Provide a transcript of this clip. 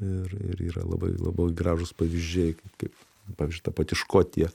ir ir yra labai labai gražūs pavyzdžiai kaip kaip pavyzdžiui ta pati škotija